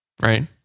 right